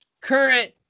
current